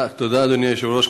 אדוני היושב-ראש,